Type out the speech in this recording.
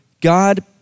God